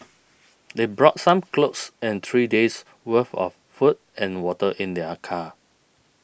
they brought some clothes and three days' worth of food and water in their car